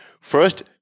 first